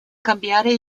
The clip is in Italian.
cambiare